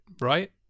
right